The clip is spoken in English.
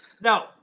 no